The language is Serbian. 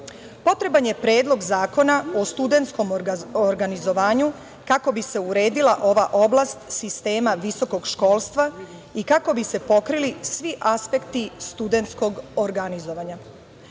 Potreban je predlog zakona o studentskom organizovanju kako bi se uredila ova oblast sistema visokog školstva i kako bi se pokrili svi aspekti studentskog organizovanja.